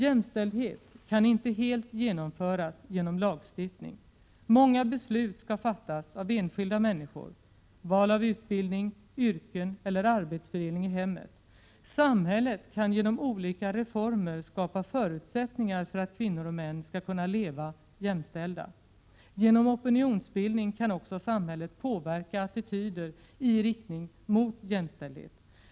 Jämställdhet kan inte helt genomföras genom lagstiftning. Många beslut skall fattas av enskilda människor — val av utbildning och yrke eller arbetsfördelning i hemmet. Samhället kan genom olika reformer skapa förutsättningar för att kvinnor och män skall kunna leva jämställda. Genom opinionsbildning kan också samhället påverka attityder i riktning mot jämställdhet.